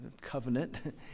covenant